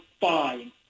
fine